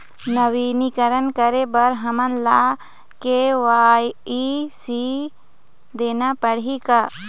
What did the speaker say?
नवीनीकरण करे बर हमन ला के.वाई.सी देना पड़ही का?